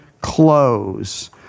clothes